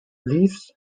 leafs